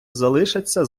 залишаться